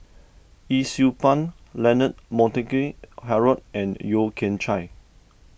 Yee Siew Pun Leonard Montague Harrod and Yeo Kian Chai